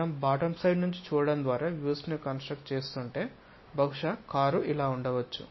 మనం bottom side నుండి చూడటం ద్వారా వ్యూస్ ను కన్స్ట్రక్ట్ చేస్తుంటే బహుశా కారు ఇలా ఉండవచ్చు